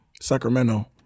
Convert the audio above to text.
Sacramento